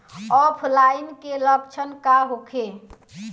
ऑफलाइनके लक्षण का होखे?